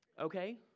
okay